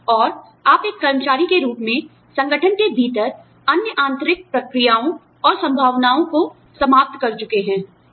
और आप एक कर्मचारी के रूप में संगठन के भीतर अन्य आंतरिक प्रक्रियाओं और संभावनाओं को समाप्त कर चुके हैं